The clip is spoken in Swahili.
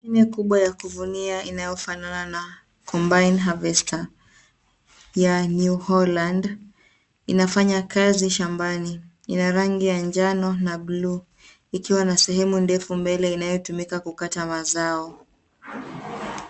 Mashine kubwa ya kuvunia inayofanana na combined harvester ya New Holland inafanya kazi shambani . Ina rangi ya njano na bluu ikiwa na sehemu ndefu mbele inayotumika kukata mazao.